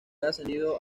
ascendido